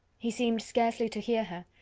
he seemed scarcely to hear her,